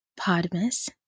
Podmas